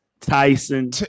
Tyson